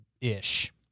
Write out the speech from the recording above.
ish